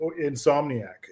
Insomniac